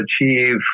achieve